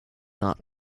not